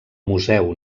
museu